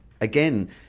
again